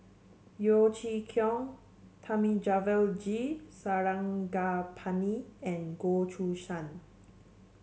Yeo Chee Kiong Thamizhavel G Sarangapani and Goh Choo San